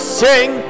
sing